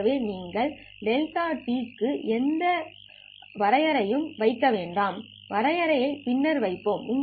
ஆகவே இப்போது δt க்கு எந்த வைக்க வேண்டாம் பின்னர் வைப்போம்